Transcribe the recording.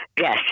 Yes